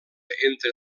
entre